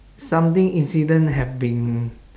something incident had been